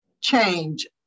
change